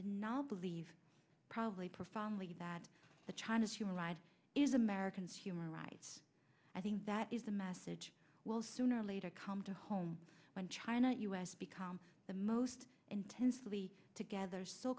did not believe probably profoundly that the china's human rights is americans human rights i think that is a message will sooner or later come to home when china and us become the most intensely together so